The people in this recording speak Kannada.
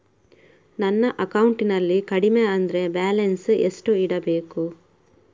ನನ್ನ ಅಕೌಂಟಿನಲ್ಲಿ ಕಡಿಮೆ ಅಂದ್ರೆ ಬ್ಯಾಲೆನ್ಸ್ ಎಷ್ಟು ಇಡಬೇಕು?